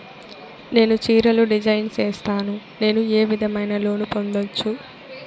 నేను చీరలు డిజైన్ సేస్తాను, నేను ఏ విధమైన లోను పొందొచ్చు